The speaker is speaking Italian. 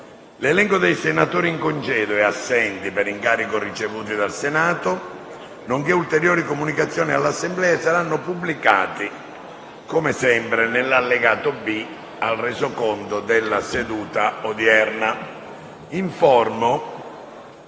L'elenco dei senatori in congedo e assenti per incarico ricevuto dal Senato, nonché ulteriori comunicazioni all'Assemblea saranno pubblicati nell'allegato B al Resoconto della seduta odierna.